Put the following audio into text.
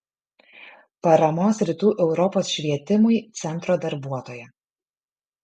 paramos rytų europos švietimui centro darbuotoja